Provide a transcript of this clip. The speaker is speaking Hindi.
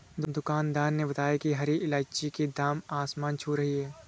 दुकानदार ने बताया कि हरी इलायची की दाम आसमान छू रही है